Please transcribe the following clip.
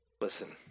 listen